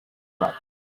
truck